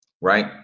right